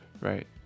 right